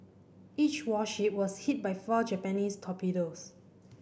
each warship was hit by four Japanese torpedoes